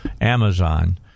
Amazon